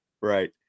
Right